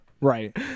Right